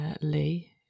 Lee